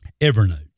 Evernote